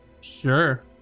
sure